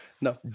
no